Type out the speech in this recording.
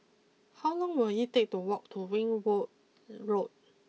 how long will it take to walk to Ringwood Road